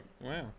Wow